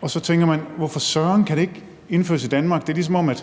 og så tænker man: Hvorfor søren kan det ikke indføres i Danmark? Det er, ligesom om der